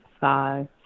five